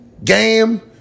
Game